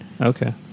Okay